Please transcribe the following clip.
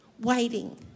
waiting